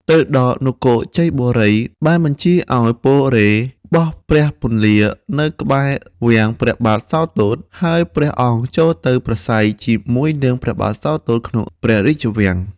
ទៅដល់នគរជ័យបូរី បានបញ្ជាឲ្យពួកពលរេហ៍ បោះព្រះពន្លានៅក្បែររាំងព្រះបាទសោទត្ត ហើយព្រះអង្គចូលទៅប្រាស្រ័យជាមួយនឹងព្រះបាទសោទត្ត ក្នុងព្រះរាជវាំង ។